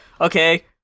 Okay